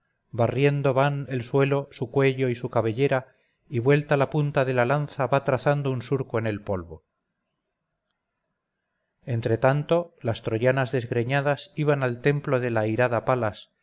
barriendo van el suelo su cuello y su cabellera y vuelta la punta de la lanza va trazando un surco en el polvo entre tanto las troyanas desgreñadas iban al templo de la airada palas